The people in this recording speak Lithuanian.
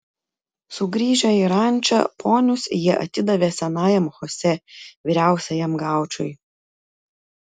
sugrįžę į rančą ponius jie atidavė senajam chosė vyriausiajam gaučui